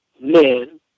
men